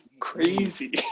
crazy